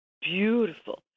beautiful